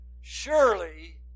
surely